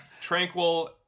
Tranquil